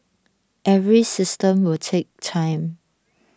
every system will take time